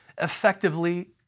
effectively